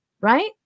Right